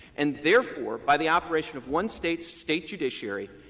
and therefore, by the operation of one state's state judiciary,